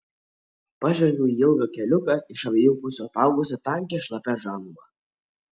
pažvelgiau į ilgą keliuką iš abiejų pusių apaugusį tankia šlapia žaluma